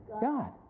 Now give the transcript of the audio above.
God